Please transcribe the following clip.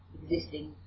existing